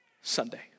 Sunday